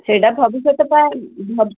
ସେଇଟା ଭବିଷ୍ୟତ ପାଇଁ ଭ